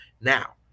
now